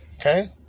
Okay